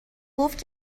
گفت